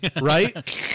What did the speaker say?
Right